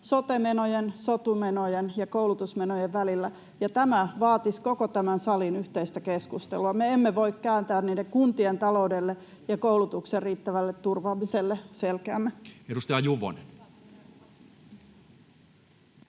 sote-menojen, sotu-menojen ja koulutusmenojen välillä. Tämä vaatisi koko tämän salin yhteistä keskustelua. Me emme voi kääntää kuntien taloudelle ja koulutuksen riittävälle turvaamiselle selkäämme. Edustaja Juvonen.